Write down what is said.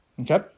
Okay